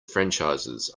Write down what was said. franchises